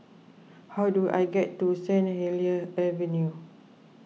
how do I get to Saint Helier's Avenue